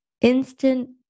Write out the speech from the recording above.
instant